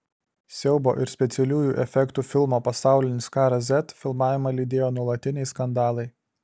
siaubo ir specialiųjų efektų filmo pasaulinis karas z filmavimą lydėjo nuolatiniai skandalai